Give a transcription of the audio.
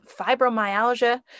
fibromyalgia